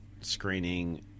screening